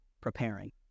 preparing